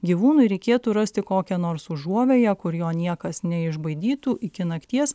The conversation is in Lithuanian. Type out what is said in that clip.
gyvūnui reikėtų rasti kokią nors užuovėją kur jo niekas neišbaidytų iki nakties